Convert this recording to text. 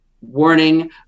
warning